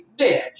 Bitch